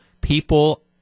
people